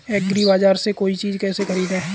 एग्रीबाजार से कोई चीज केसे खरीदें?